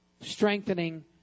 strengthening